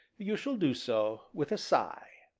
you shall do so with a sigh.